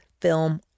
film